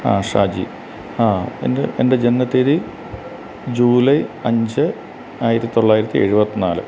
ആ ഷാജി ആ എൻ്റെ എൻ്റെ ജനന തിയതി ജൂലൈ അഞ്ച് ആയിരത്തി തൊള്ളായിരത്തി എഴുപത്തി നാല്